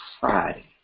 Friday